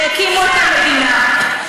שהקימו את המדינה,